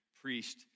priest